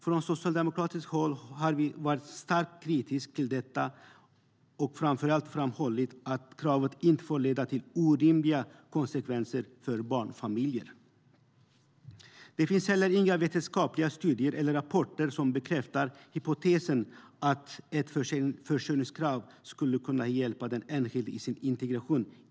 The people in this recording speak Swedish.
Från socialdemokratiskt håll har vi varit starkt kritiska till detta, och vi har framför allt framhållit att kravet inte får leda till orimliga konsekvenser för barnfamiljer. Det finns heller inga vetenskapliga studier eller rapporter som bekräftar hypotesen att ett försörjningskrav skulle hjälpa den enskilde att integreras i det svenska samhället.